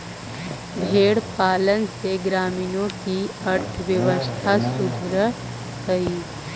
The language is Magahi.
भेंड़ पालन से ग्रामीणों की अर्थव्यवस्था सुधरअ हई